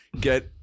get